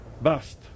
bust